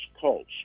cults